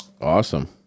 Awesome